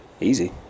Easy